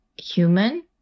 human